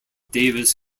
davis